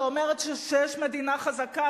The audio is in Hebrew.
שאומרת שכשיש מדינה חזקה,